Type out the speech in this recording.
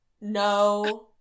No